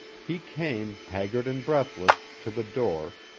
he came, haggard and breathless, to the door,